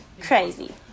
crazy